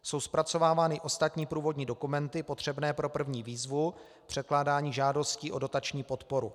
Jsou zpracovávány ostatní průvodní dokumenty potřebné pro první výzvu k předkládání žádostí o dotační podporu.